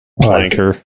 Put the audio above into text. Planker